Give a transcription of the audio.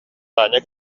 таня